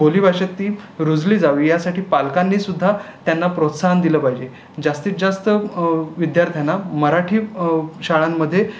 बोलीभाषेतील रुजली जावी यासाठी पालकांनी सुद्धा त्यांना प्रोत्साहन दिलं पाहिजे जास्तीत जास्त विद्यार्थ्याना मराठी शाळांमध्ये